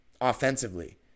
offensively